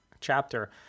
chapter